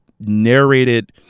narrated